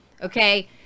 Okay